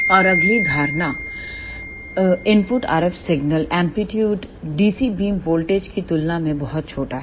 और अगली धारणा input RF signal amplitude DC beam voltage की तुलना में बहुत छोटा है